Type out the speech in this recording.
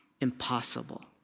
impossible